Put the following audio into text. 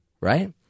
right